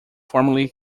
formerly